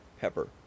Pepper